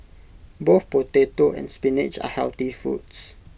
both potato and spinach are healthy foods